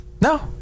No